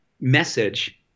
message